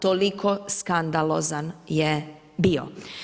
Toliko skandalozan je bio.